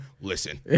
Listen